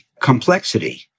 complexity